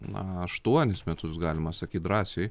na aštuonis metus galima sakyt drąsiai